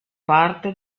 parte